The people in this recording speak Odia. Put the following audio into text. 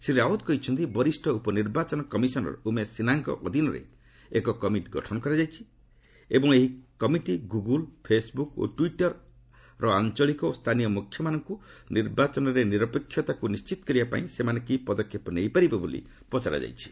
ଶ୍ରୀ ରାଓ୍ୱତ୍ କହିଛନ୍ତି ବରିଷ୍ଠ ଉପନିର୍ବାଚନ କମିଶନର୍ ଉମେଶ ସିହ୍ନାଙ୍କ ଅଧୀନରେ ଏକ କମିଟି ଗଠନ କରାଯାଇଛି ଏବଂ ଏହି କମିଟି ଗୁଗୁଲ ଫେସ୍ବୁକ୍ ଓ ଟ୍ୱିଟରର ଆଞ୍ଚଳିକ ଓ ସ୍ଥାନୀୟ ମୁଖ୍ୟମାନଙ୍କୁ ନିର୍ବାଚନରେ ନିରପେକ୍ଷତାକୁ ନିଶ୍ଚିତ କରିବା ପାଇଁ ସେମାନେ କି ପଦକ୍ଷେପ ନେଇପାରିବେ ବୋଲି ପଚରା ଯାଇଛି